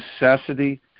necessity